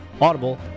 Audible